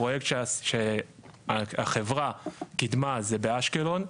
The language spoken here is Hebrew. פרויקט שהחברה קדימה זה באשקלון.